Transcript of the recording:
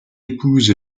épouse